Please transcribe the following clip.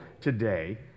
today